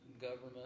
government